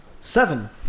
Seven